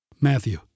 Matthew